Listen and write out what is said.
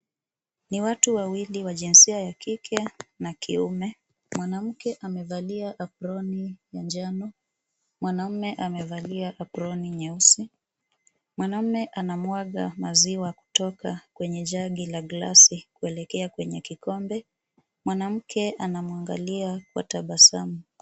Ni watu wawili wa jinsia ya kike na kiume. Mwanamke amevalia aproni ya njano, mwanaume amevalia aproni nyeusi. Mwanaume anamwaga maziwa kutoka kwenye jagi la glasi kuelekea kwenye kikombe. Mwanamke anamwangalia kwa tabasamu.